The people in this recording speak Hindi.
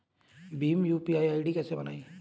भीम यू.पी.आई आई.डी कैसे बनाएं?